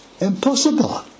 impossible